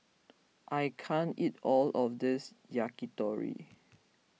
I can't eat all of this Yakitori